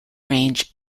range